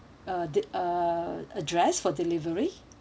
uh the uh address for delivery